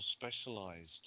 specialized